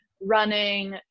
running